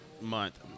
month